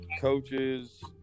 Coaches